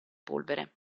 polvere